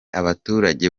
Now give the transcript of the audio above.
abaturage